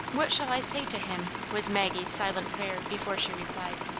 what shall i say to him was maggie's silent prayer before she replied.